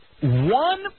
One